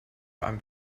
abend